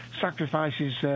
sacrifices